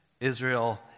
Israel